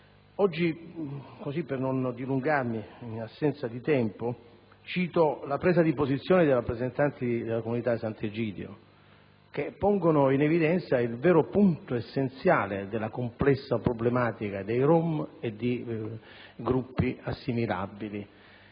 il nostro. Per non dilungarmi, in assenza di tempo, cito la presa di posizione dei rappresentanti della Comunità di Sant'Egidio, che pongono in evidenza il vero punto essenziale della complessa problematica dei rom e dei gruppi assimilabili.